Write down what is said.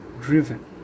driven